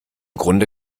grunde